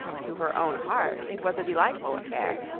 to her own heart it was a delightful affair,